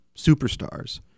superstars